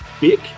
big